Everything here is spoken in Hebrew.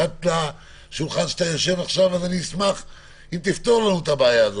אני אשמח אם תפתור לנו את הבעיה.